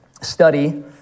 study